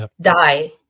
Die